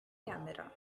camera